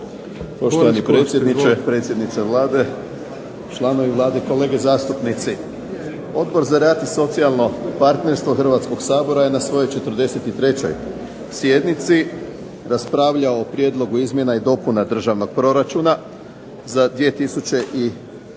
Poštovani predsjedniče, predsjednice Vlade, članovi Vlade i kolege zastupnici. Odbor za rad i socijalno partnerstvo Hrvatskog sabora je na svojoj 43. sjednici raspravljao o prijedlogu izmjena i dopuna Državnog proračuna za 2010.